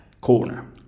corner